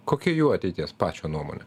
kokia jų ateitis pačio nuomone